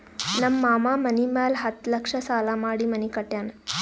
ನಮ್ ಮಾಮಾ ಮನಿ ಮ್ಯಾಲ ಹತ್ತ್ ಲಕ್ಷ ಸಾಲಾ ಮಾಡಿ ಮನಿ ಕಟ್ಯಾನ್